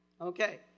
Okay